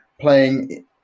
playing